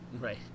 right